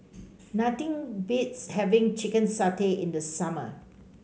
nothing beats having Chicken Satay in the summer